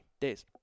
days